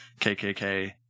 KKK